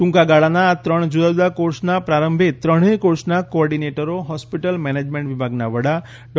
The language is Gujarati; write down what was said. ટ્રંકાગાળાના આ ત્રણ જુદા જુદા કોર્ષના પ્રારંભે ત્રણેય કોર્ષના કોઓર્ડિનેટરો હોસ્પિટલ મેનેજમેન્ટ વિભાગના વડા ડો